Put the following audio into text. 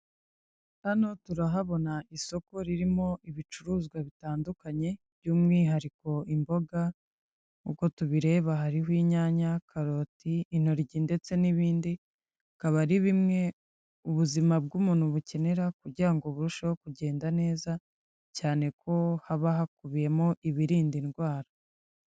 Hano turahabona isoko ririmo ibicuruzwa bitandukanye by'umwihariko imboga, uko tubireba hariho inyanya, karoti intoryi ndetse n'ibindi, bikaba ari bimwe ubuzima bw'umuntu bukenera kugira ngo burusheho kugenda neza cyane ko haba hakubiyemo ibirinda indwara.